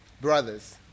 brothers